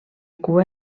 cua